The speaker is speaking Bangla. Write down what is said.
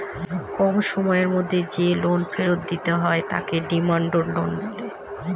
কম সময়ের মধ্যে যে লোন ফেরত দিতে হয় তাকে ডিমান্ড লোন বলে